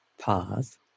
Pause